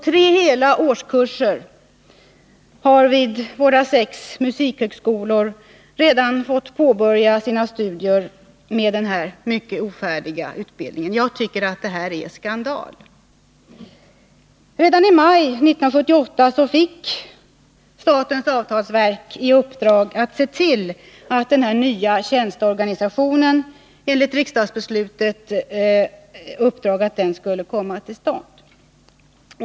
Tre hela årskurser har vid våra sex musikhögskolor redan fått påbörja sina studier med den här mycket ofärdiga utbildningen. Jag tycker att det är en skandal. Redan i maj 1978 fick statens avtalsverk i uppdrag att se till att den här nya tjänsteorganisationen kom till stånd enligt riksdagsbeslutet.